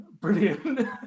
brilliant